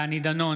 נגד דני דנון,